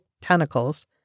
tentacles